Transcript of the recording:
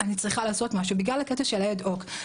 אני צריכה לעשות משהו בגלל הקטע של האד-הוק.